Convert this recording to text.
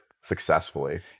successfully